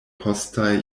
postaj